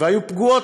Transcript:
והיו פגועות